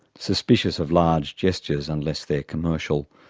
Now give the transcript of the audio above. suspicious of large gestures unless they're commercial,